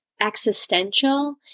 existential